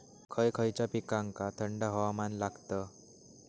खय खयच्या पिकांका थंड हवामान लागतं?